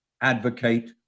advocate